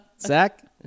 Zach